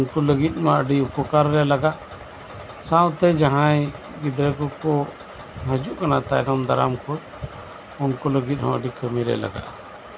ᱰᱷᱮᱨᱠᱟᱭᱛᱮ ᱩᱱᱠᱩ ᱞᱟᱹᱜᱤᱫ ᱢᱟ ᱟᱹᱰᱤ ᱩᱯᱚᱠᱟᱨᱮ ᱞᱟᱜᱟᱜ ᱥᱟᱶᱛᱮ ᱡᱟᱦᱟᱸᱭ ᱜᱤᱽᱨᱟᱹ ᱠᱚᱠᱚ ᱦᱤᱡᱩᱜ ᱠᱟᱱᱟ ᱛᱟᱭᱚᱢ ᱫᱟᱨᱟᱢ ᱠᱷᱚᱱ ᱩᱱᱠᱤ ᱞᱟᱹᱜᱤᱫ ᱦᱚᱸᱠᱚ ᱠᱟᱹᱢᱤᱨᱮ ᱞᱟᱜᱟᱜᱼᱟ